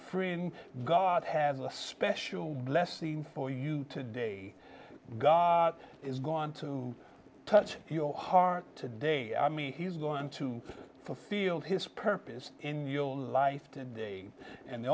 friend god have a special blessing for you today god is gone to touch your heart today i mean he is going to fulfill his purpose in your life today and the